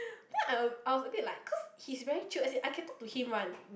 then I'm I was a bit like cause he's very chilled as in I can talk to him one